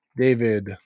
David